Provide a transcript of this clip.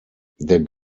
der